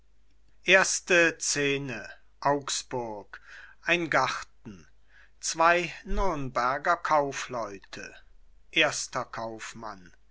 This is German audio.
augsburg ein garten zwei nürnberger kaufleute erster kaufmann